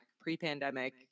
pre-pandemic